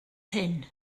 hyn